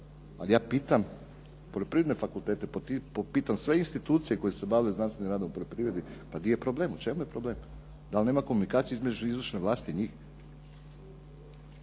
Ali ja pitam poljoprivredne fakultete, pitam sve institucije koje se bave znanstvenim radom u poljoprivredi pa gdje je problem, u čemu je problem. Da li nema komunikacije između izvršne vlasti i njih?